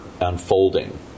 unfolding